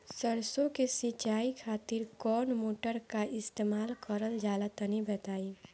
सरसो के सिंचाई खातिर कौन मोटर का इस्तेमाल करल जाला तनि बताई?